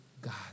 God